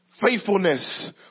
Faithfulness